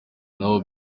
naho